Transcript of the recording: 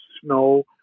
snow